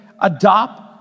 adopt